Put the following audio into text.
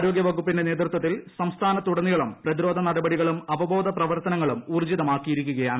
ആരോഗ്യ വകുപ്പിന്റെ നേതൃത്വത്തിൽ സംസ്ഥാനത്തുടെ നീളം പ്രതിരോധ നടപടികളും അവബോധ പ്രവർത്തനങ്ങളും ഊർജിതമാക്കിയിരിക്കുകയാണ്